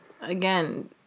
again